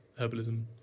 herbalism